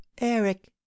eric